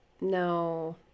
No